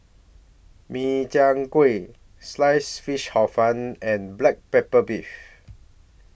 Min Chiang Kueh Sliced Fish Hor Fun and Black Pepper Beef